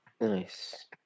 Nice